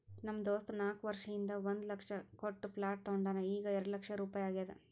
ನಮ್ ದೋಸ್ತ ನಾಕ್ ವರ್ಷ ಹಿಂದ್ ಒಂದ್ ಲಕ್ಷ ಕೊಟ್ಟ ಪ್ಲಾಟ್ ತೊಂಡಾನ ಈಗ್ಎರೆಡ್ ಲಕ್ಷ ರುಪಾಯಿ ಆಗ್ಯಾದ್